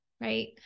right